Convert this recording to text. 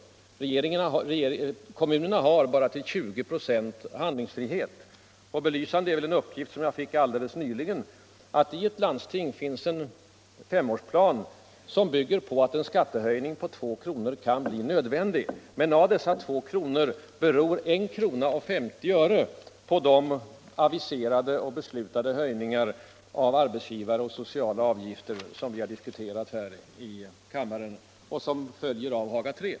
Kommunerna har handlingsfrihet till bara 20 26, och belysande är väl en uppgift som jag fick alldeles nyligen, nämligen att i ett landsting finns en femårsplan som bygger på att en skattehöjning på 2 kr. kan bli nödvändig. Men av dessa 2 kr. beror I krona och 50 öre på de aviserade och beslutade höjningar av arbetsgivaroch socialavgifter som vi har diskuterat här i kammaren och som följer av Haga III.